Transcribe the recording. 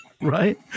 right